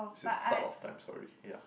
since start of time sorry yeah